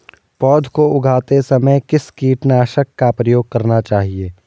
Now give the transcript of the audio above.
पौध को उगाते समय किस कीटनाशक का प्रयोग करना चाहिये?